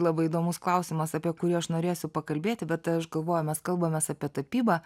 labai įdomus klausimas apie kurį aš norėsiu pakalbėti bet aš galvoju mes kalbamės apie tapybą